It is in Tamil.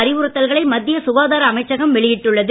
அறிவுறுத்தல்களை மத்திய சுகாதார அமைச்சகம் வெளியிட்டுள்ளது